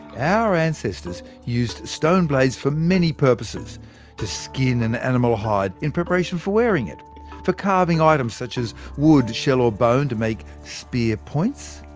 our ancestors used stone blades for many purposes to skin an animal hide in preparation for wearing, for carving items such as wood, shell or bone to make spear points,